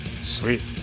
Sweet